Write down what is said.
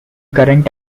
current